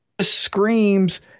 Screams